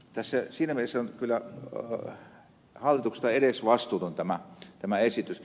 tässä siinä mielessä on kyllä hallitukselta edesvastuuton tämä esitys